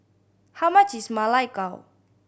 how much is Ma Lai Gao